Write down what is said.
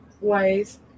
ways